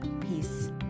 Peace